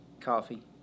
Coffee